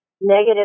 negative